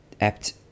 apt